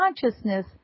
consciousness